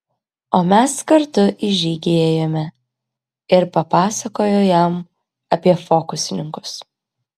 o mes kartu į žygį ėjome ir papasakojo jam apie fokusininkus